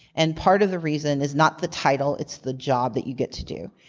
and part of the reason is not the title. it's the job that you get to do.